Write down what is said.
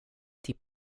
till